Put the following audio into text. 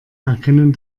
erkennen